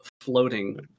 floating